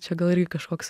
čia gal irgi kažkoks